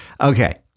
Okay